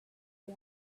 the